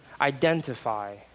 identify